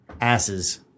Asses